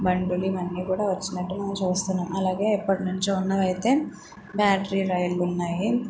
బండ్లు ఇవన్నీ కూడా వచ్చినాయి మనము చూస్తున్నాం అలాగే ఎప్పటినుంచో ఉన్నవి అయితే బ్యాటరీ రైళ్లు ఉన్నాయి